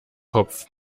kopf